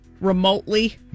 Remotely